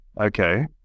okay